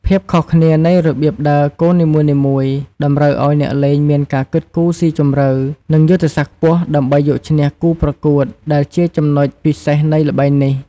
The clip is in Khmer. ភាពខុសគ្នានៃរបៀបដើរកូននីមួយៗតម្រូវឱ្យអ្នកលេងមានការគិតគូរស៊ីជម្រៅ និងយុទ្ធសាស្ត្រខ្ពស់ដើម្បីយកឈ្នះគូប្រកួត ដែលជាចំណុចពិសេសនៃល្បែងនេះ។